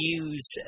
use